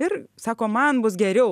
ir sako man bus geriau